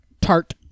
tart